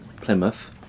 Plymouth